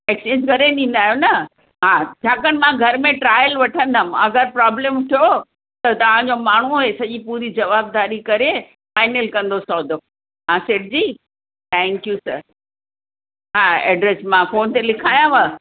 exchange करे ॾींदा आहियो न हा छाकाणि मां घर में ट्राइल वठंदमि अगरि प्रोब्लम थियो त तव्हांजो माण्हू ई सॼी जवाबदारी पूरी करे फ़ाइनल कंदो सौदो हा सेठ जी थैंक्यू सर हा एड्रेस मां फ़ोन ते लिखायांव